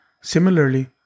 Similarly